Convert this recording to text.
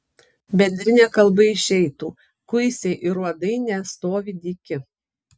bendrine kalba išeitų kuisiai ir uodai nestovi dyki